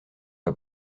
pas